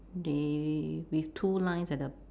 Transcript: they with two lines at the